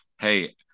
hey